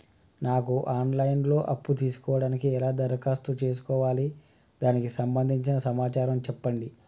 నాకు online లో అప్పు తీసుకోవడానికి ఎలా దరఖాస్తు చేసుకోవాలి దానికి సంబంధించిన సమాచారం చెప్పండి?